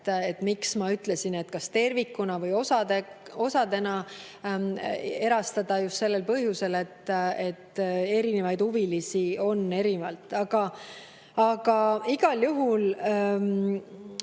Miks ma ütlesin, et kas tervikuna või osadena erastada – just sellel põhjusel, et on erinevaid huvilisi. Aga igal juhul